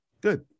good